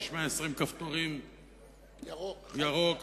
יש 120 כפתורים ירוקים,